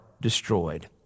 destroyed